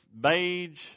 beige